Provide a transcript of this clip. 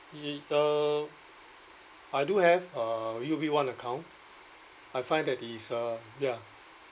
it uh I do have uh U_O_B one account I find that is uh ya